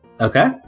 Okay